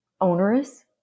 onerous